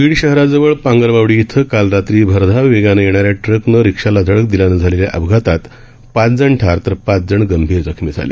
बीड शहराजवळ पांगर बावडी इथं काल रात्री भरधाव वेगानं येणाऱ्या ट्रकनं रिक्षाला धडक दिल्यानं झालेल्या अपघातात पाच जण ठार तर पाच जण गंभीर जखमी झाले